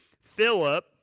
Philip